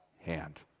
hand